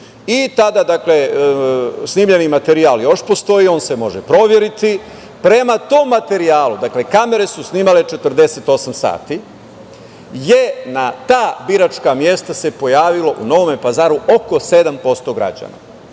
Pazaru. Tada snimljeni materijal još postoji, on se može proveriti. Prema tom materijalu, dakle, kamere su snimale 48 sati, na ta biračka mesta se pojavilo u Novom Pazaru oko 7% građana,